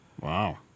Wow